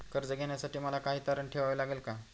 कर्ज घेण्यासाठी मला काही तारण ठेवावे लागेल का?